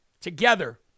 together